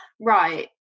Right